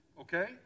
okay